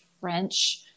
French